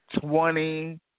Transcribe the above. twenty